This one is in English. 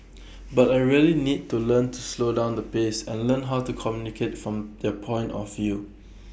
but A really need to learn to slow down the pace and learn how to communicate from their point of view